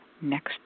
next